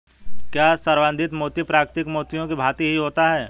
क्या संवर्धित मोती प्राकृतिक मोतियों की भांति ही होता है?